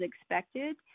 expected